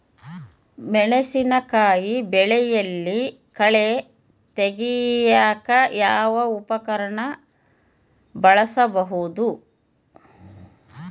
ಮೆಣಸಿನಕಾಯಿ ಬೆಳೆಯಲ್ಲಿ ಕಳೆ ತೆಗಿಯಾಕ ಯಾವ ಉಪಕರಣ ಬಳಸಬಹುದು?